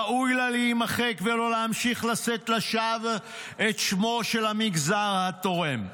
ראוי לה להימחק ולא להמשיך לשאת לשווא את שמו של המגזר התורם.